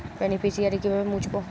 Beneficiary কিভাবে মুছব?